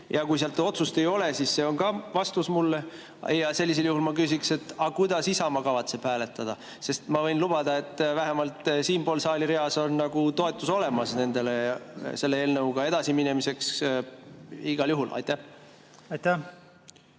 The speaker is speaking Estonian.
Ja kui sealt otsust ei tule, siis see on ka vastus mulle. Sellisel juhul ma küsin nii: aga kuidas Isamaa kavatseb hääletada? Sest ma võin lubada, et vähemalt siinpool saalireas on toetus olemas selle eelnõuga edasi minemiseks igal juhul. Aitäh!